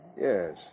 Yes